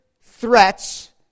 threats